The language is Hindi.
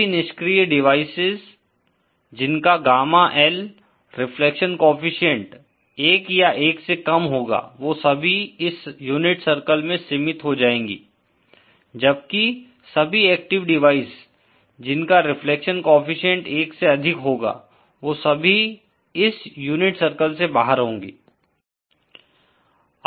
सभी निष्क्रिय डिवाइज जिनका gamma L ie reflection coefficient एक या एक से कम होगा वो सभी इस यूनिट सर्किल में सीमित हो जाएँगी जबकि सभी एक्टिव डिवाइज जिनका रिफ्लेक्शन कोएफ़िशिएंट एक से अधिक होगा वो सभी इस यूनिट सर्किल से बाहर होंगी